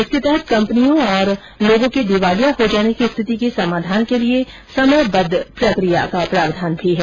इसके तहत कंपनियों और व्यक्तियों के दिवालिया हो जाने की स्थिति के समाधान के लिए समयबद्ध प्रक्रिया का प्रावधान है